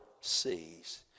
sees